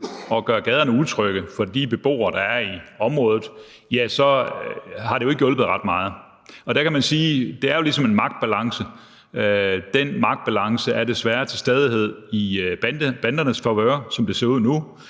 og gør gaderne utrygge for de beboere, der er i området, så har det jo ikke hjulpet ret meget. Man kan sige, at det jo er ligesom en magtbalance. Den magtbalance er desværre til stadighed i bandernes favør, som det ser ud nu,